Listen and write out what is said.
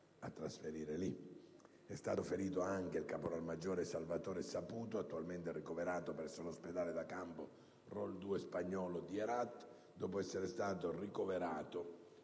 a trasferire lì); il caporal maggiore Salvatore Saputo, attualmente ricoverato presso l'ospedale da campo «Role 2» spagnolo di Herat, dopo essere stato ricoverato